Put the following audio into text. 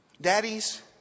daddies